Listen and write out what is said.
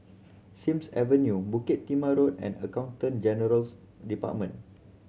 Sims Avenue Bukit Timah Road and Accountant General's Department